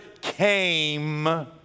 came